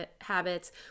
habits